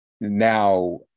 Now